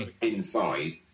inside